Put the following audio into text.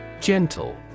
Gentle